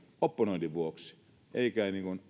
opponoinnin vuoksi eikä